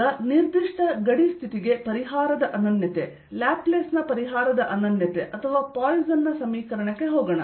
ಈಗ ನಿರ್ದಿಷ್ಟ ಗಡಿ ಸ್ಥಿತಿಗೆ ಪರಿಹಾರದ ಅನನ್ಯತೆ ಲ್ಯಾಪ್ಲೇಸ್ ನ ಪರಿಹಾರದ ಅನನ್ಯತೆ ಅಥವಾ ಪಾಯ್ಸನ್ ನ ಸಮೀಕರಣಕ್ಕೆ ಹೋಗೋಣ